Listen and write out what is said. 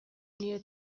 nire